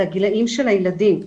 זה הגילאים של הילדים.